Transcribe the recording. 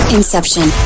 Inception